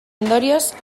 ondorioz